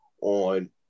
on